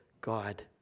God